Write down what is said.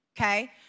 okay